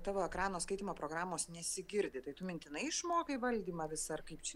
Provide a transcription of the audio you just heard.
tavo ekrano skaitymo programos nesigirdi tai tu mintinai išmokai valdymą visą ar kaip čia